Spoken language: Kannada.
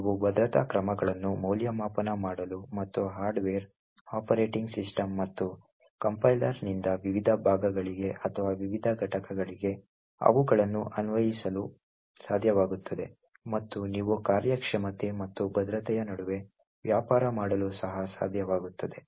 ನೀವು ಭದ್ರತಾ ಕ್ರಮಗಳನ್ನು ಮೌಲ್ಯಮಾಪನ ಮಾಡಲು ಮತ್ತು ಹಾರ್ಡ್ವೇರ್ ಆಪರೇಟಿಂಗ್ ಸಿಸ್ಟಂ ಮತ್ತು ಕಂಪೈಲರ್ನಿಂದ ವಿವಿಧ ಭಾಗಗಳಿಗೆ ಅಥವಾ ವಿವಿಧ ಘಟಕಗಳಿಗೆ ಅವುಗಳನ್ನು ಅನ್ವಯಿಸಲು ಸಾಧ್ಯವಾಗುತ್ತದೆ ಮತ್ತು ನೀವು ಕಾರ್ಯಕ್ಷಮತೆ ಮತ್ತು ಭದ್ರತೆಯ ನಡುವೆ ವ್ಯಾಪಾರ ಮಾಡಲು ಸಹ ಸಾಧ್ಯವಾಗುತ್ತದೆ